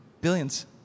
Billions